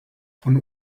von